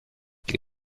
que